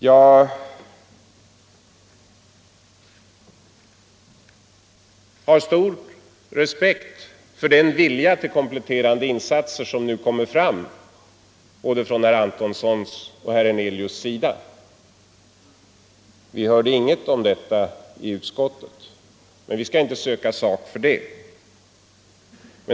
Jag har stor respekt för den vilja till kompletterande insatser som nu kommer fram både hos herr Antonsson och hos herr Hernelius. Vi hörde ingenting om detta i utskottet, men vi skall inte söka sak för det.